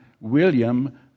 William